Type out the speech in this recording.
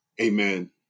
Amen